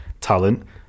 talent